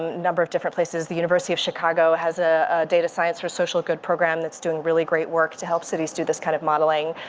number of different places. the university of chicago has a data science for social good program that's doing really great work to help cities do this kind of modeling.